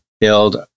build